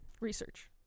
Research